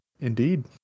Indeed